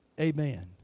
Amen